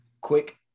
quick